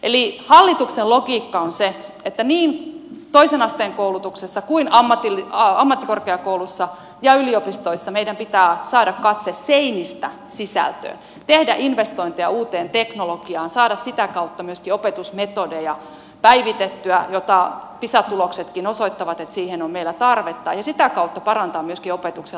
eli hallituksen logiikka on se että niin toisen asteen koulutuksessa kuin ammattikorkeakouluissa ja yliopistoissa meidän pitää saada katse seinistä sisältöön tehdä investointeja uuteen teknologiaan saada sitä kautta myöskin opetusmetodeja päivitettyä pisa tuloksetkin osoittavat että siihen on meillä tarvetta ja sitä kautta parantaa myöskin opetuksen laatua